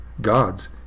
God's